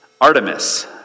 Artemis